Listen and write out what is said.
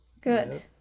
Good